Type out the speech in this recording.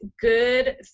good